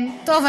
טוב,